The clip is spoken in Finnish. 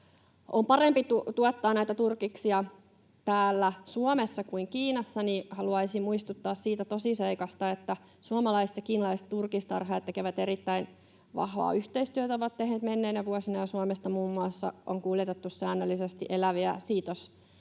on parempi tuottaa näitä turkiksia täällä Suomessa kuin Kiinassa. Haluaisin muistuttaa siitä tosiseikasta, että suomalaiset ja kiinalaiset turkistarhaajat tekevät erittäin vahvaa yhteistyötä, ovat tehneet menneinä vuosina. Suomesta muun muassa on kuljetettu säännöllisesti eläviä siitoseläimiä